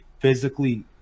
physically